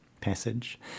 passage